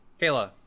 Kayla